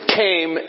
came